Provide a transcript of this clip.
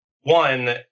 one